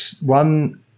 one